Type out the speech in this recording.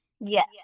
Yes